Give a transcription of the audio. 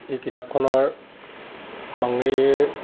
এই কিতাপখনৰ মাংৰি